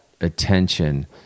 attention